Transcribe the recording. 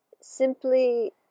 simply